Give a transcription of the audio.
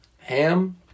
ham